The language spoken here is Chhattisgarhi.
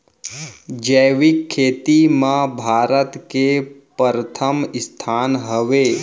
जैविक खेती मा भारत के परथम स्थान हवे